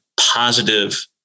positive